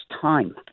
time